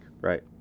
right